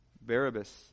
Barabbas